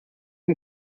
vom